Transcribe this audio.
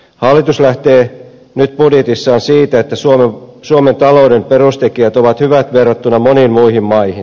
hallitus lähtee nyt budjetissaan siitä että suomen talouden perustekijät ovat hyvät verrattuna moniin muihin maihin